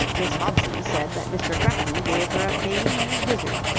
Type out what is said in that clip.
miss hobson said that mr. cracknell gave her a pain in the gizzard.